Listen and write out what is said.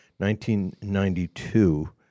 1992